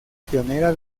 pionera